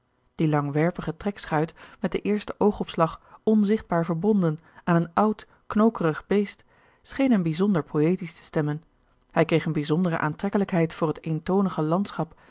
die langwerpige trekschuit met den eersten oogopslag onzigtbaar verbonden aan een oud knokerig beest scheen hem bijzonder poëtisch te stemmen hij kreeg eene bijzondere aantrekkelijkheid voor het eentoonige landschap